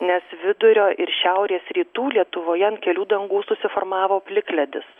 nes vidurio ir šiaurės rytų lietuvoje ant kelių dangų susiformavo plikledis